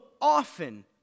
often